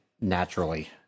naturally